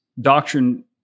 doctrine